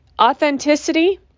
authenticity